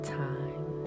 time